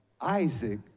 Isaac